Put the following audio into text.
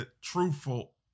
truthful